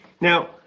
Now